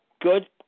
good